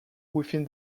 within